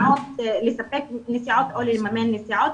לספק נסיעות או לממן נסיעות.